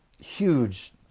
huge